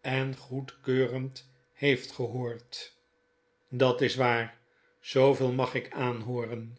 en goedkeurend heeft gehoord dat is waar zooveel mag ik aanhooren